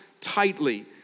tightly